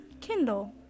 Kindle